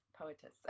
poetess